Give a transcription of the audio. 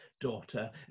daughter